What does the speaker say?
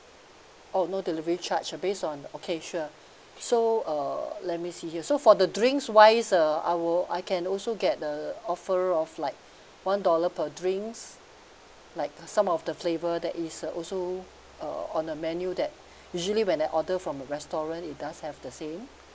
oh no delivery charge uh based on okay sure so uh let me see here so for the drinks wise uh I'll I can also get the offer of like one dollar per drinks like some of the flavor that is uh also uh on the menu that usually when I order from your restaurant it does have the same